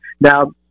Now